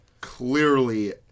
Clearly